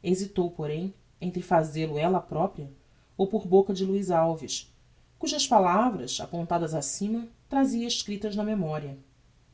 hesitou porém entre fazel-o ella propria ou por boca de luiz alves cujas palavras apontadas acima trazia escriptas na memoria